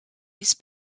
his